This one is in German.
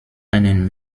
einen